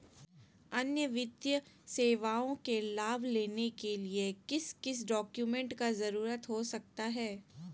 अन्य वित्तीय सेवाओं के लाभ लेने के लिए किस किस डॉक्यूमेंट का जरूरत हो सकता है?